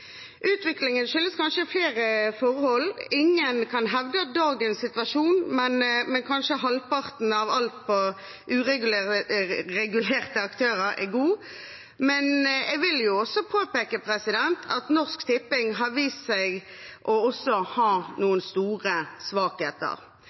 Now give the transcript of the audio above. Utviklingen skyldes kanskje flere forhold. Ingen kan hevde at dagens situasjon – men kanskje halvparten av alt fra uregulerte aktører – er god. Jeg vil også påpeke at Norsk Tipping har vist seg også å ha